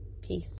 peace